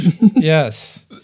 yes